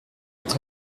être